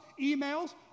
emails